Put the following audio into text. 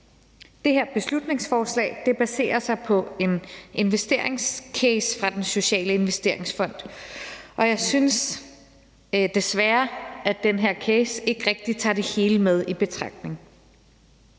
Det her beslutningsforslag baserer sig på en investeringscase fra Den Sociale Investeringsfond, og jeg synes desværre, at den her case ikke rigtig tager det hele med i betragtning.